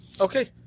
Okay